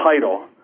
title